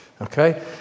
Okay